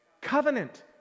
covenant